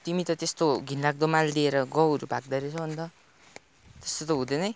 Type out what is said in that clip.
तिमी त त्यस्तो घिनलाग्दो मालहरू दिएर गाउँहरू भाग्दो रहैछौ अन्त त्यस्तो त हुँदैन है